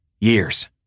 years